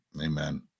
Amen